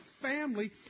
family